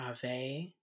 Ave